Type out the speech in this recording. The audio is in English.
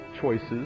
choices